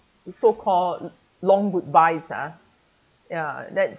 so call long goodbyes ah ya that's